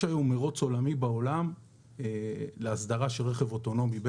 יש היום מרוץ עולמי בין מדינות להסדרה של רכב אוטונומי.